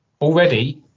already